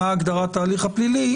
מה הגדרת ההליך הפלילי.